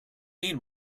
need